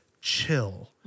chill